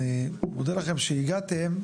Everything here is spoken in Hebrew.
אני מודה לכם שהגעתם,